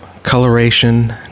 coloration